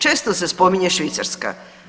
Često se spominje Švicarska.